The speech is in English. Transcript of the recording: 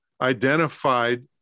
identified